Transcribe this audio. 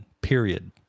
period